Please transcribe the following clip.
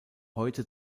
heute